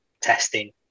testing